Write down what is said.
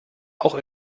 auch